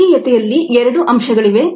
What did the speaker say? ರೇಖೀಯತೆ ಯಲ್ಲಿ ಎರಡು ಅಂಶಗಳಿವೆ